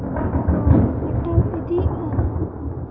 ᱠᱚ ᱠᱟᱴᱟᱣ ᱤᱫᱤᱜᱼᱟ